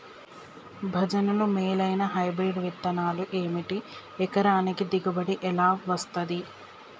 భజనలు మేలైనా హైబ్రిడ్ విత్తనాలు ఏమిటి? ఎకరానికి దిగుబడి ఎలా వస్తది?